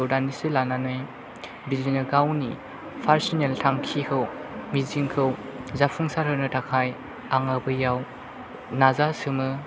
खौ दानदिसे लानानै बिदिनो गावनि पारसनेल थांखिखौ मिजिंखौ जाफुंसारहोनो थाखाय आङो बैयाव नाजासोमो